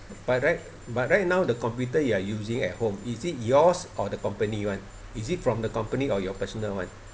but right but right now the computer you are using at home is it yours or the company [one] is it from the company or your personal [one]